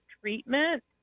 treatment